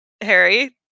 Harry